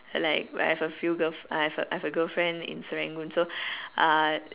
like I have a few girl f~ I have a I have a girl friend in Serangoon so uh